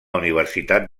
universitat